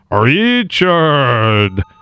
Richard